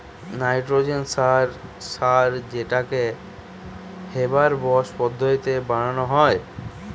nitrogen সার সার যেটাকে হেবার বস পদ্ধতিতে বানানা হয়